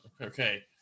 Okay